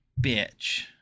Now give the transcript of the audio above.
bitch